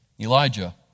Elijah